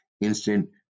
Instant